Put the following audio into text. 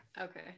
okay